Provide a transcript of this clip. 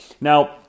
now